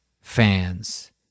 fans